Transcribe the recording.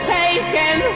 taken